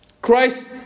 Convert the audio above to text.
Christ